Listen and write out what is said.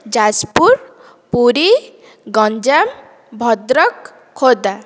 Jajpur Puri Ganjam Bhadrak Khordha